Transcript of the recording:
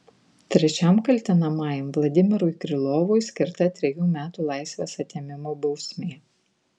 trečiam kaltinamajam vladimirui krylovui skirta trejų metų laisvės atėmimo bausmė